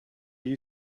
you